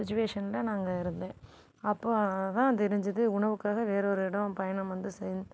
சுச்வேஷனில் நாங்கள் இருந்தேன் அப்போ அதாக தெரிஞ்சிது உணவுக்காக வேறு ஒரு இடோம் பயணம் வந்து செஞ்